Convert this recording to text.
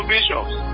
Bishops